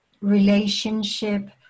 relationship